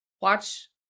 watch